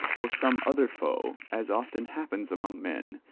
or some other foe, as often happens among men,